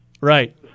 Right